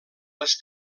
les